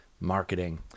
marketing